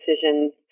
decisions